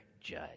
judge